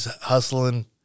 hustling